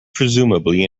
presumably